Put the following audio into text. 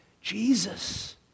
Jesus